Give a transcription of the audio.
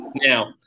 Now